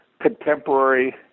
contemporary